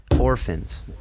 orphans